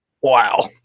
wow